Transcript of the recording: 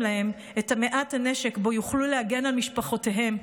לקחתם להם את מעט הנשק שבו יוכלו להגן על משפחותיהם,